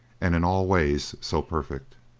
and in all ways so perfect.